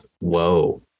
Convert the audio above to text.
whoa